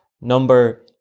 number